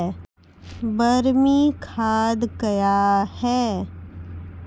बरमी खाद कया हैं?